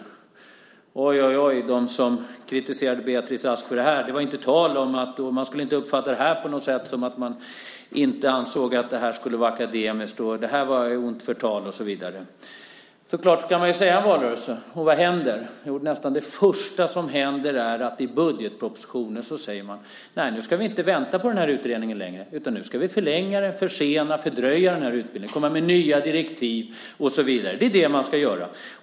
Oj, oj, oj, att de kritiserade Beatrice Ask för det! Man skulle inte uppfatta det på något sätt som att Moderaterna inte ansåg att det skulle vara akademiskt. Det var ont förtal, och så vidare. Så kan man ju säga i en valrörelse. Men vad händer? Jo, nästan det första som händer är att i budgetpropositionen säger regeringen: Nu ska vi inte vänta på utredningen längre, utan nu ska vi förlänga och försena den och fördröja utbildningen. Vi ska komma med nya direktiv, och så vidare. Det är vad man ska göra.